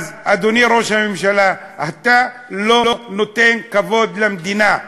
אז, אדוני ראש הממשלה, אתה לא נותן כבוד למדינה,